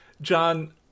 John